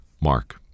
Mark